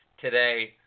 today